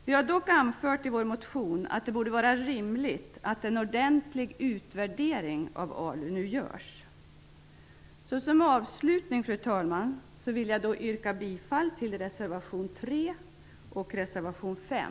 Vi anför dock i vår motion att det borde vara rimligt att göra en ordentlig utvärdering av ALU. Fru talman! Avslutningsvis yrkar jag bifall till reservationerna 3 och 5.